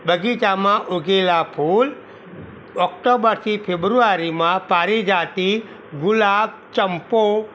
બગીચામાં ઊગેલા ફૂલ ઓક્ટોબરથી ફેબ્રુઆરીમાં પારિજાતિ ગુલાબ ચંપો